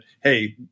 hey –